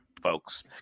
folks